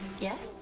yes?